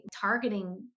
targeting